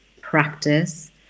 practice